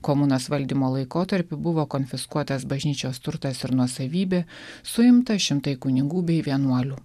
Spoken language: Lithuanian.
komunos valdymo laikotarpiu buvo konfiskuotas bažnyčios turtas ir nuosavybė suimta šimtai kunigų bei vienuolių